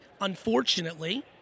unfortunately